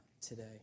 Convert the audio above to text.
today